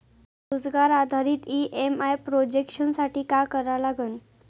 रोजगार आधारित EMI projection साठी का करा लागन?